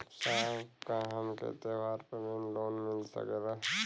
साहब का हमके त्योहार पर भी लों मिल सकेला?